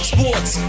sports